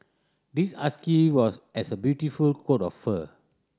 this husky was has a beautiful coat of fur